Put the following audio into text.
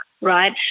Right